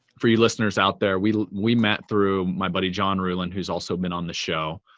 for you listeners out there, we we met through my buddy, jon ruhlin who's also been on the show.